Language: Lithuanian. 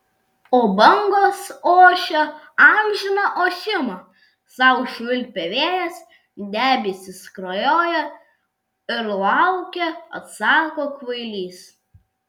o bangos ošia amžiną ošimą sau švilpia vėjas debesys skrajoja ir laukia atsako kvailys